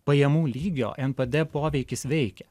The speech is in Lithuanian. pajamų lygio npd poveikis veikia